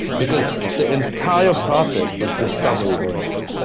because the entire process was discovery oriented.